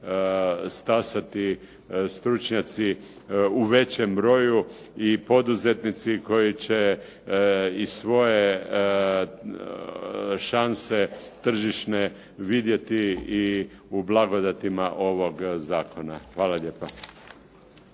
stasati stručnjaci u većem broju i poduzetnici koje će svoje šanse tržišne vidjeti i u blagodatima ovog zakona. Hvala lijepa.